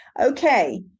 Okay